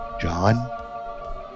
John